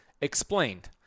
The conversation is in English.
explained